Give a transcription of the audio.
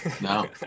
no